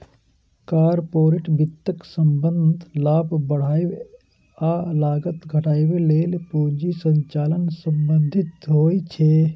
corporate वित्तक संबंध लाभ बढ़ाबै आ लागत घटाबै लेल पूंजी संचालन सं संबंधित होइ छै